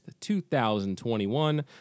2021